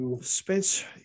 Spencer –